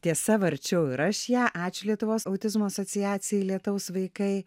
tiesa varčiau ir aš ją ačiū lietuvos autizmo asociacijai lietaus vaikai